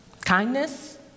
Kindness